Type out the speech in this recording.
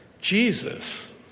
Jesus